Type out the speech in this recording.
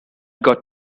got